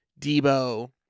Debo